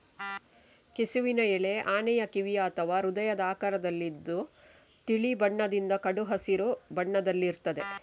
ಕೆಸುವಿನ ಎಲೆ ಆನೆಯ ಕಿವಿಯ ಅಥವಾ ಹೃದಯದ ಆಕಾರದಲ್ಲಿದ್ದು ತಿಳಿ ಬಣ್ಣದಿಂದ ಕಡು ಹಸಿರು ಬಣ್ಣದಲ್ಲಿರ್ತದೆ